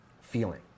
feeling